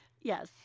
Yes